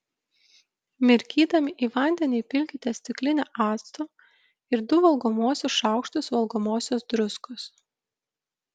mirkydami į vandenį įpilkite stiklinę acto ir du valgomuosius šaukštus valgomosios druskos